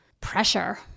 pressure